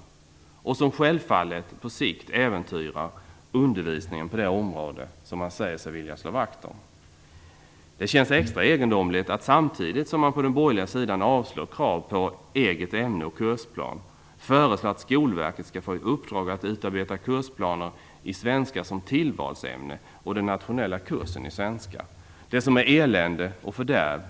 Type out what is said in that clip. Detta äventyrar självfallet på sikt undervisningen på det område som man säger sig vilja slå vakt om. Det känns extra egendomligt att den borgerliga sidan - samtidigt som man avslår kravet på eget ämne och kursplan - föreslår att Skolverket skall få i uppdrag att utarbeta kursplaner för svenska som tillvalsämne och för den nationella kursen i svenska. Det som är elände och fördärv